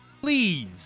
Please